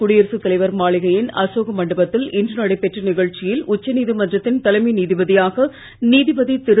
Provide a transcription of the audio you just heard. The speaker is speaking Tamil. குடியரசுத் தலைவர் மாளிகையின் அசோக புதுடெல்லி மண்டபத்தில் இன்று நடைபெற்ற நிகழ்ச்சியில் உச்சநீதிமன்றத்தின் தலைமை நீதிபதியாக நீதிபதி திரு